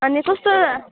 अनि कस्तो